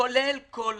כולל כל המובטלים,